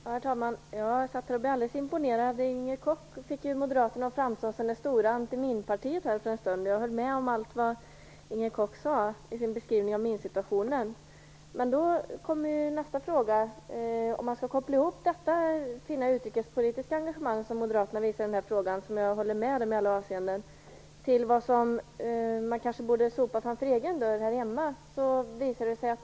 Herr talman! Jag satt här och blev alldeles imponerad. Inger Koch fick ju Moderaterna att framstå som det stora antiminpartiet här för en stund. Jag höll med om allt vad Inger Koch sade i sin beskrivning av minsituationen. Men trots det fina utrikespolitiska engagemang som Moderaterna visar i den här frågan, och jag håller som sagt med dem i alla avseenden, borde man kanske sopa framför egen dörr här hemma.